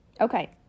Okay